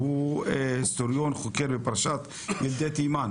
שתושבי המשולש יברחו בצל מלחמת 1956,